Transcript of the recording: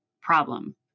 problem